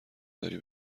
داری